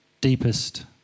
deepest